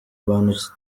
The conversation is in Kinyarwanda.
abantu